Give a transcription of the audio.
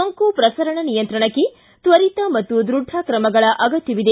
ಸೋಂಕು ಪ್ರಸರಣ ನಿಯಂತ್ರಣಕ್ಕೆ ತ್ವರಿತ ಮತ್ತು ದೃಢ ತ್ರಮಗಳ ಅಗತ್ಥವಿದೆ